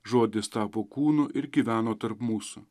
žodis tapo kūnu ir gyveno tarp mūsų